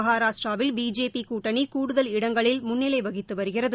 மகாராஷ்டிராவில் பிஜேபி கூட்டணி கூடுதல் இடங்களில் முன்னிலை வகித்து வருகிறது